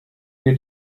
wir